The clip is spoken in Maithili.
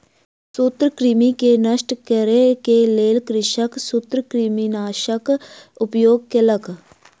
सूत्रकृमि के नष्ट करै के लेल कृषक सूत्रकृमिनाशकक उपयोग केलक